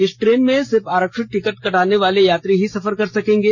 इस ट्रेन में सिर्फ आरक्षित टिकट कटाने वाले यात्री ही सफर कर सकेंगे